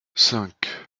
cinq